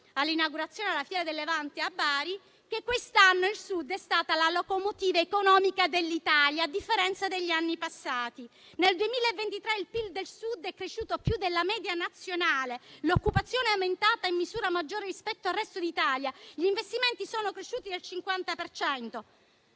all'inaugurazione della Fiera del Levante a Bari, ho sentito la Meloni dire che quest'anno il Sud è stato la locomotiva economica dell'Italia, a differenza degli anni passati: nel 2023 il PIL del Sud è cresciuto più della media nazionale, l'occupazione è aumentata in misura maggiore rispetto al resto d'Italia e gli investimenti sono cresciuti del 50